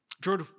George